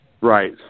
Right